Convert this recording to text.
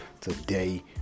today